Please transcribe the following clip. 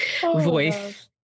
voice